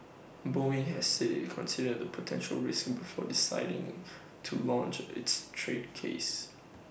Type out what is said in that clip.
boeing has said IT considered potential risks before deciding to launch its trade case